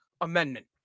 Amendment